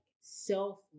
self